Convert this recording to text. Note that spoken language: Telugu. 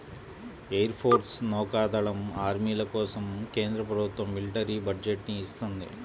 ఎయిర్ ఫోర్సు, నౌకా దళం, ఆర్మీల కోసం కేంద్ర ప్రభుత్వం మిలిటరీ బడ్జెట్ ని ఇత్తంది